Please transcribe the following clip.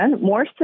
more